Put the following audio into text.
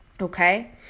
okay